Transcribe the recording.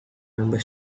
member